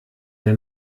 der